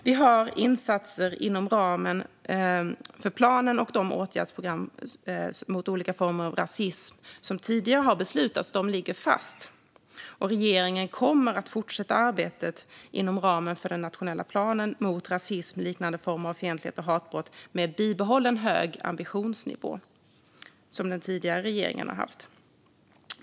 Vi har insatser inom ramen för planen, och de åtgärdsprogram mot olika former av rasism som tidigare beslutats ligger fast. Regeringen kommer att fortsätta arbetet inom ramen för den nationella planen mot rasism, liknande former av fientlighet och hatbrott med samma höga ambitionsnivå som den tidigare regeringen hade.